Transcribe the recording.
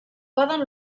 poden